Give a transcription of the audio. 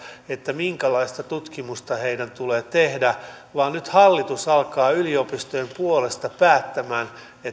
minkälaista tutkimusta heidän tulee tehdä vaan nyt hallitus alkaa yliopistojen puolesta päättää